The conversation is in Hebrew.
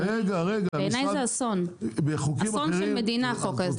בעיני זה אסון של מדינה החוק הזה,